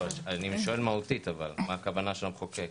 אני שואל מהותית מה הכוונה של המחוקק.